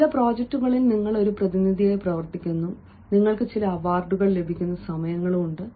ചില പ്രോജക്റ്റുകളിൽ നിങ്ങൾ ഒരു പ്രതിനിധിയായി പ്രവർത്തിക്കുന്നു നിങ്ങൾക്ക് ചില അവാർഡുകൾ ലഭിക്കുന്ന സമയങ്ങളുമുണ്ട്